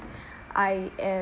I am